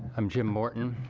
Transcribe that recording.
i'm jim morton.